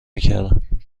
میکردند